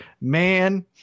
man